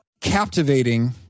captivating